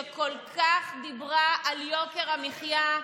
שדיברה כל כך הרבה על יוקר המחיה,